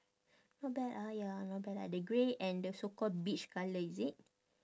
not bad ah ya not bad lah the grey and the so call beige colour is it